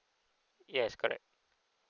yes correct